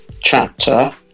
chapter